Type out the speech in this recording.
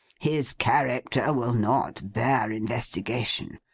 his character will not bear investigation.